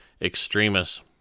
extremists